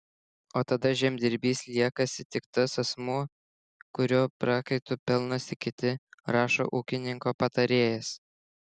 o tada žemdirbys liekasi tik tas asmuo kurio prakaitu pelnosi kiti rašo ūkininko patarėjas